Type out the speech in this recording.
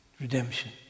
Redemption